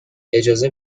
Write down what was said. اجازه